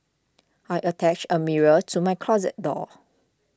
I attached a mirror to my closet door